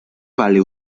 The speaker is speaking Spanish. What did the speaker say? vale